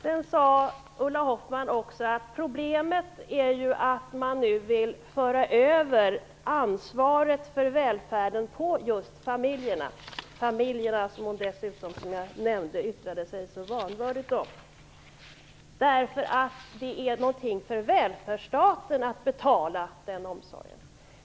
Ulla Hoffmann sade också att problemet är att man nu vill föra över ansvaret för välfärden på just familjerna - som hon, som jag nämnde, yttrade sig så vanvördigt om; hon ansåg att den omsorgen bör betalas av välfärdsstaten.